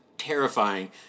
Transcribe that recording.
terrifying